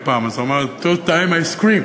פעם אז הם אמרו: Third time I scream,